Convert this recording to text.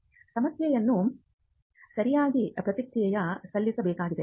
ಸಮಯಕ್ಕೆ ಸರಿಯಾಗಿ ಪ್ರತಿಕ್ರಿಯೆ ಸಲ್ಲಿಸಬೇಕಾಗಿದೆ